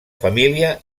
família